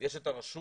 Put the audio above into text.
יש את הרשות